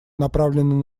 направленная